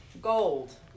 Gold